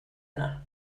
yna